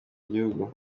igihugu